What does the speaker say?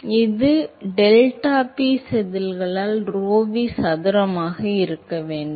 எனவே இது டெல்டாபி செதில்களால் rho v சதுரமாக இருக்க வேண்டும்